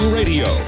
radio